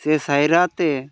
ᱥᱮ ᱥᱟᱭᱨᱟ ᱛᱮ